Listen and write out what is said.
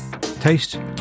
Taste